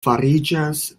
fariĝas